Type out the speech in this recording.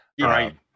Right